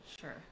Sure